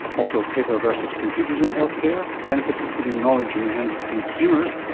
also, paper versus computers in healthcare, the benefits of putting knowledge in the hands of consumers,